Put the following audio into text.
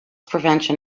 prevention